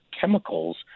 chemicals